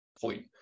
point